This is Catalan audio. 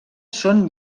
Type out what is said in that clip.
són